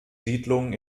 siedlungen